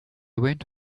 went